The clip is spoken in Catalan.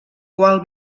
qual